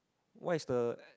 what is the